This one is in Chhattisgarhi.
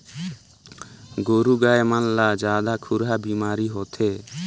गोरु गाय मन ला जादा खुरहा बेमारी होथे